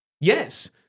Yes